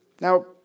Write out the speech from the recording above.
Now